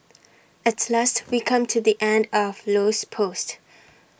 at last we come to the end of Low's post